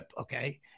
okay